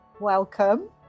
welcome